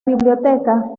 biblioteca